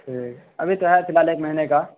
ٹھیک ابھی تو ہے فی الحال ایک مہینے کا